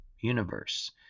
universe